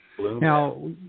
Now